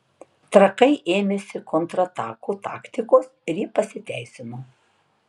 trakai ėmėsi kontratakų taktikos ir ji pasiteisino